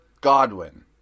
Godwin